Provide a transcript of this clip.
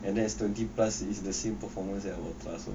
and then S twenty plus is the same performance as ultra so